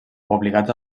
obligats